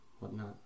whatnot